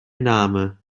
name